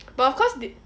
but of course they